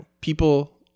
people